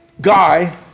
guy